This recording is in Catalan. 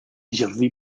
jardí